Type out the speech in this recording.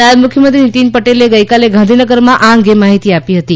નાયબ મુખ્યમંત્રી નીતિન પટેલે ગાંધીનગરમાં આ અંગે માહિતી આપી હતી